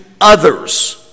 others